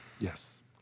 Yes